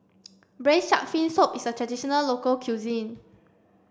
braised shark fin soup is a traditional local cuisine